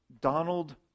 Donald